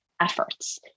efforts